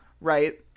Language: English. right